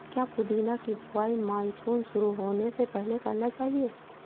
क्या पुदीना की बुवाई मानसून शुरू होने से पहले करना चाहिए?